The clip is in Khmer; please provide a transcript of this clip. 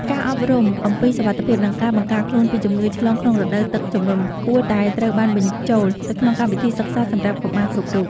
ការអប់រំអំពីសុវត្ថិភាព និងការបង្ការខ្លួនពីជំងឺឆ្លងក្នុងរដូវទឹកជំនន់ គួរតែត្រូវបានបញ្ចូលទៅក្នុងកម្មវិធីសិក្សាសម្រាប់កុមារគ្រប់រូប។